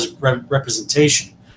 representation